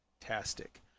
fantastic